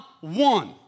one